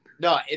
No